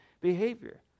behavior